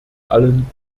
allen